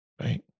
right